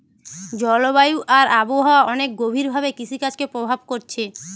জলবায়ু আর আবহাওয়া অনেক গভীর ভাবে কৃষিকাজকে প্রভাব কোরছে